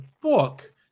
book